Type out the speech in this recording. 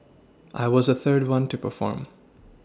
I was the third one to perform